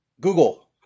Google